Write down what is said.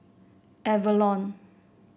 Avalon